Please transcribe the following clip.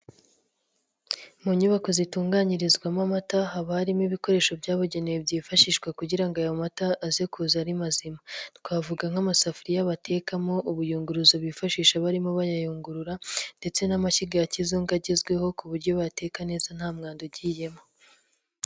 Mu nyubako zitunganyirizwamo amata, haba harimo ibikoresho byabugenewe byifashishwa kugira ngo aya mata aze kuza ari mazima. Twavuga nk'amasafuriya batekamo, ubuyunguruzo bifashisha barimo bayayungurura ndetse n'amashyiga ya kizungu agezweho ku buryo bayateka neza nta mwanda ugiyemo.